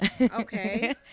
Okay